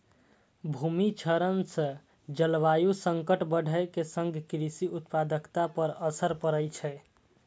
भूमि क्षरण सं जलवायु संकट बढ़ै के संग कृषि उत्पादकता पर असर पड़ै छै